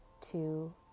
two